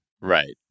Right